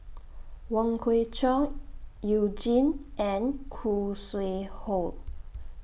Wong Kwei Cheong YOU Jin and Khoo Sui Hoe